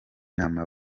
inama